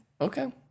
Okay